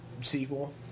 sequel